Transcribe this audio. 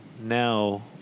now